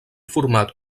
format